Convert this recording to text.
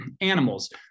animals